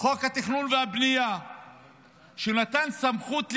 חוק התכנון והבנייה שנתן סמכות לפקיד,